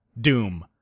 Doom